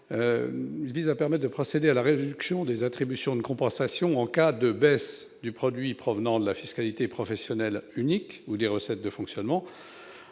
en leur permettant de procéder à la réduction des attributions de compensation en cas de baisse du produit provenant de la fiscalité professionnelle unique ou de ses recettes réelles de fonctionnement.